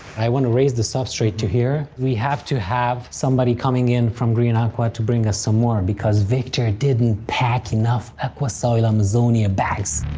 i wanna raise the substrate to here. we have to have somebody coming in from green aqua, to bring us some more, because viktor didn't pack enough so yeah amazonia bags.